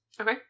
Okay